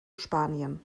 spanien